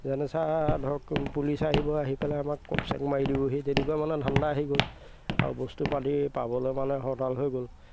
যেনে চা ধৰক পুলিচ আহিব আহি পেলাই আমাক কপ চেং মাৰি দিবহি তেনেকুৱা মানে ধান্দা আহি গ'ল আৰু বস্তু পাতি পাবলৈ মানে হৰতাল হৈ গ'ল